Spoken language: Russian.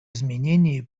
изменении